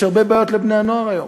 יש הרבה בעיות לבני-הנוער היום.